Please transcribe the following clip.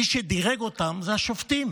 מי שדירג אותם זה השופטים,